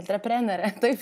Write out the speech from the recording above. antreprenerė taip